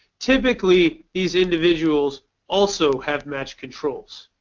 typically these individuals also have match controls.